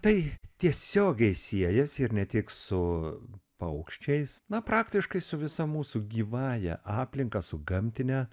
tai tiesiogiai siejasi ir ne tik su paukščiais na praktiškai su visa mūsų gyvąja aplinka su gamtine